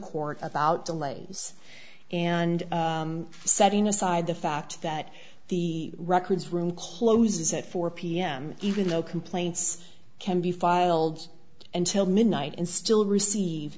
delays and setting aside the fact that the records room closes at four pm even though complaints can be filed until midnight and still receive